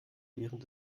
während